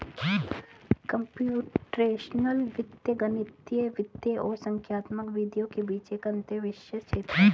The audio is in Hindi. कम्प्यूटेशनल वित्त गणितीय वित्त और संख्यात्मक विधियों के बीच एक अंतःविषय क्षेत्र है